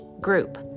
group